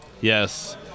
yes